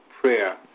prayer